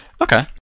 Okay